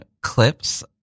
clips